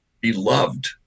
beloved